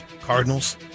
Cardinals